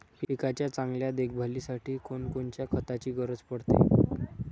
पिकाच्या चांगल्या देखभालीसाठी कोनकोनच्या खताची गरज पडते?